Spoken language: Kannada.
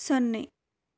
ಸೊನ್ನೆ